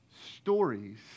Stories